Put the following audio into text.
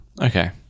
Okay